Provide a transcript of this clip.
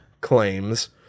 Claims